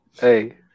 Hey